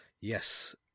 Yes